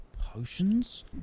potions